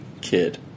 Kid